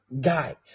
guy